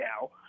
now